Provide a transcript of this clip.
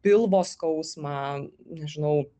pilvo skausmą nežinau